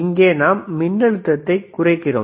இங்கே நாம் மின்னழுத்தத்தை குறைக்கிறோம்